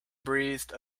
breathed